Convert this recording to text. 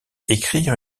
écrire